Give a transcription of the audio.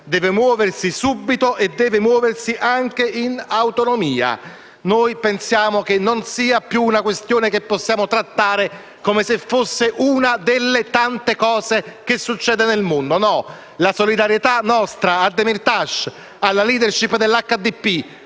Deve muoversi subito e deve muoversi anche in autonomia. Noi pensiamo che non sia più una questione che possiamo trattare come una delle tante cose che accade nel mondo. No: la solidarietà nostra a Demirtaș, alla *leadership* dell'HDP,